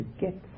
get